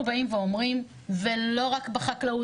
אנחנו באים ואומרים, וזה לא רק בחקלאות,